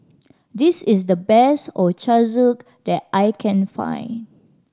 this is the best Ochazuke that I can find